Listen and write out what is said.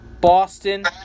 Boston